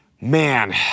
Man